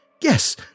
Yes